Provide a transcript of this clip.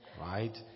Right